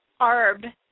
arb